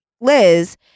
liz